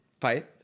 fight